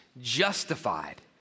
justified